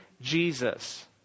Jesus